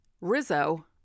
Rizzo